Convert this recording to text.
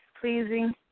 pleasing